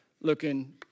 looking